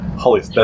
Holy